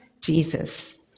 jesus